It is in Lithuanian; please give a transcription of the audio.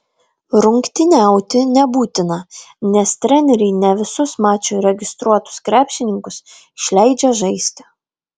rungtyniauti nebūtina nes treneriai ne visus mačui registruotus krepšininkus išleidžia žaisti